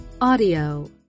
audio